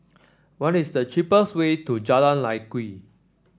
what is the cheapest way to Jalan Lye Kwee